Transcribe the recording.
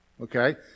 okay